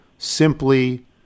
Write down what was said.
simply